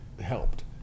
helped